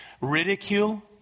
ridicule